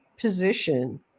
position